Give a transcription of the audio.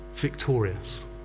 victorious